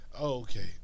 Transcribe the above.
Okay